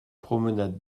promenade